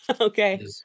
Okay